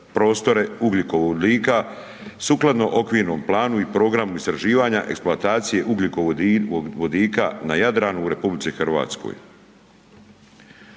ugljikovodika sukladno okvirnom planu i programu istraživanja eksploatacije ugljikovodika na Jadranu u Republici Hrvatskoj,